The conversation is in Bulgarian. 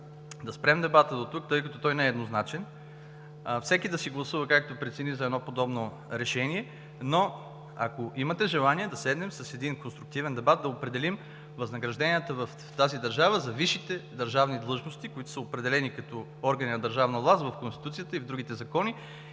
да спрем дебата дотук, тъй като той не е еднозначен, всеки да си гласува както прецени за едно подобно решение. Но ако имате желание, да седнем и с един конструктивен дебат да определим възнагражденията в тази държава за висшите държавни длъжности, които са определени като органи на държавна власт в Конституцията и в другите закони,